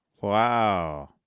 Wow